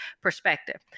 perspective